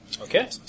Okay